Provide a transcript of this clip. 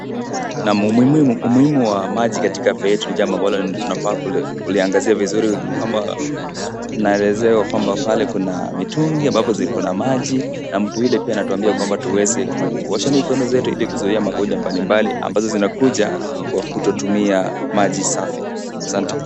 Umuhimu wa maji katika afya yetu ni jambo ambalo tunapaswa kuliangazia vizuri, kamba naelezewa kwamba pale kuna mitungi, ambapo zilikona maji, na mtu yule pia anatuambia kamba tuweze kuosha mikono zetu, hili kuzuhia magonja mbali mbali, ambazo zina kuja kuto tumia maji safi. Asante.